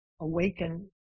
awaken